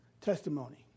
testimony